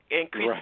increase